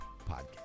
podcast